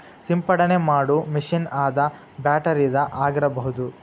ಸಿಂಪಡನೆ ಮಾಡು ಮಿಷನ್ ಅದ ಬ್ಯಾಟರಿದ ಆಗಿರಬಹುದ